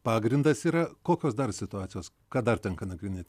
pagrindas yra kokios dar situacijos ką dar tenka nagrinėti